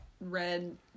red